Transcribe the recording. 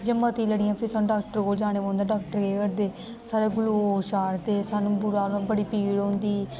जे मतिया लडी जान ते सानू डाॅक्टर कोल जाना पौंदा डाॅक्टरे केह् करदे साडे ग्लोकोज चाढ़दे सानू बुरा हाल बड़ी पीड़ होंदी